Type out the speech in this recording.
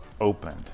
opened